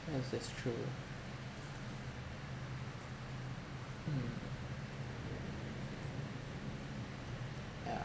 yes that's true mm yeah